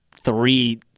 three